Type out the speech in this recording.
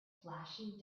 flashing